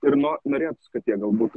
ir no norėtųsi kad jie galbūt